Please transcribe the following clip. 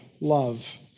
love